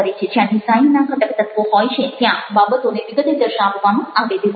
જ્યાં ડિઝાઇનના ઘટક તત્વો હોય છે ત્યાં બાબતોને વિગતે દર્શાવવામાં આવેલી હોય છે